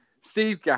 Steve